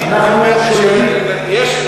יש,